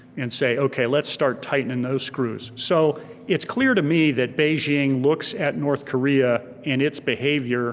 and say okay, let's start tightening those screws. so it's clear to me that beijing looks at north korea and its behavior